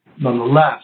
Nonetheless